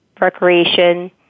recreation